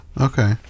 okay